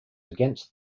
against